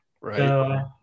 Right